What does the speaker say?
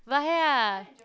but yeah